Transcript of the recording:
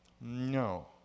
No